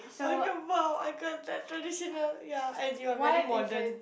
I can't about I can't that traditional ya and you are very modern